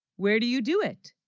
where do you do it